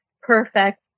perfect